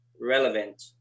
relevant